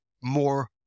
more